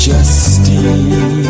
Justine